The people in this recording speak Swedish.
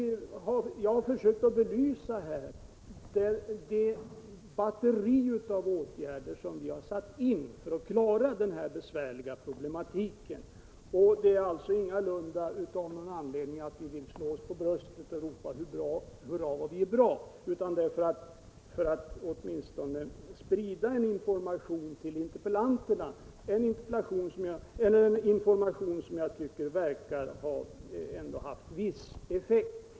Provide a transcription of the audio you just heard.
Jag har försökt att belysa det batteri av åtgärder som vi har satt in för att klara denna besvärliga problematik, ingalunda av någon önskan att slå mig för bröstet och ropa: Hurra vad vi är bra! utan för att sprida information till interpellanterna — den information som jag tycker ändå verkar ha haft viss effekt.